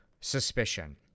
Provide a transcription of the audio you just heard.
suspicion